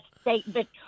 statement